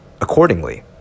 accordingly